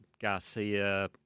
garcia